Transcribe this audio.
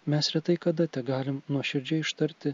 mes retai kada tegalim nuoširdžiai ištarti